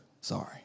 Sorry